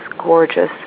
gorgeous